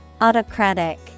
Autocratic